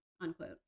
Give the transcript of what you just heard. unquote